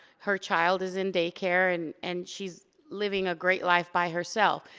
her child is in daycare, and and she's living a great life by herself.